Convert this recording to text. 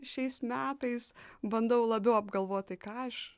šiais metais bandau labiau apgalvot tai ką aš